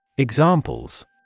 Examples